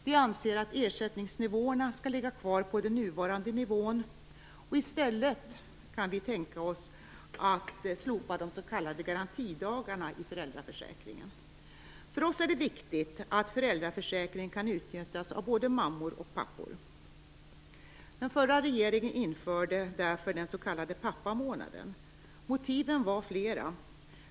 Vi anser att ersättningsnivåerna skall ligga kvar på den nuvarande nivån. I stället kan vi tänka oss att slopa de s.k. garantidagarna i föräldraförsäkringen. För oss är det viktigt att föräldraförsäkringen kan utnyttjas av både mammor och pappor. Den förra regeringen införde därför den s.k. pappamånaden. Motiven var flera.